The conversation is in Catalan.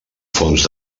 fonts